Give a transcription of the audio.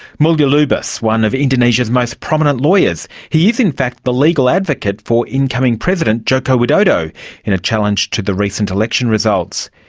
mulya lubis, one of indonesia's most prominent lawyers. lawyers. he is in fact the legal advocate for incoming president joko widodo in a challenge to the recent election results.